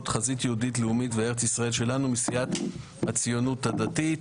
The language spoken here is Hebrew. "חזית יהודית לאומית" ו"ארץ ישראל שלנו" מסיעת "הציונות הדתית".